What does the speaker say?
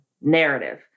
narrative